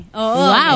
Wow